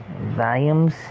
volumes